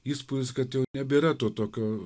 įspūdis kad jau nebėra to tokio